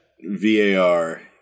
VAR